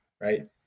right